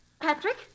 Patrick